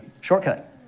Shortcut